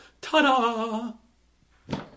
Ta-da